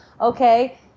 okay